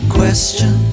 question